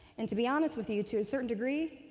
and to be honest with you, to a certain degree,